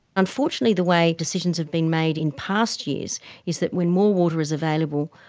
unfortunately, the way decisions have been made in past years is that when more water is available,